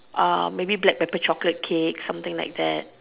uh maybe black pepper chocolate cake maybe something like that